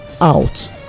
out